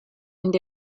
and